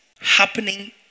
Happening